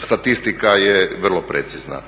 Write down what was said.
statistika je vrlo precizna.